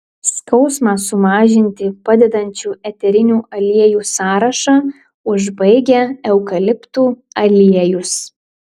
skausmą sumažinti padedančių eterinių aliejų sąrašą užbaigia eukaliptų aliejus